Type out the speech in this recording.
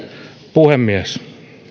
puhemies